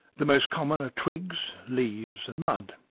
the most common are twigs, leaves and mud.